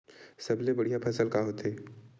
सबले बढ़िया फसल का होथे?